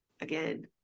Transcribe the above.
Again